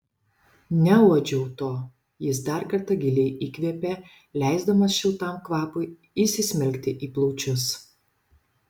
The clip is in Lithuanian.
neuodžiau to jis dar kartą giliai įkvėpė leisdamas šiltam kvapui įsismelkti į plaučius